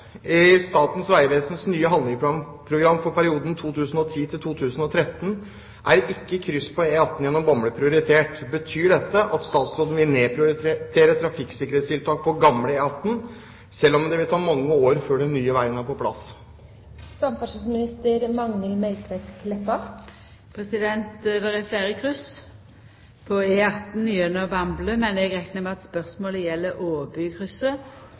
Statens vegvesens nye handlingsprogram for 2010–2013 er ikke krysset på E18 gjennom Bamble prioritert. Betyr dette at statsråden vil nedprioritere trafikksikkerhetstiltak på gamle E18 selv om det vil ta mange år før ny vei er på plass?» Det er fleire kryss på E18 gjennom Bamble, men eg reknar med at spørsmålet